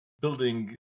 building